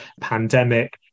pandemic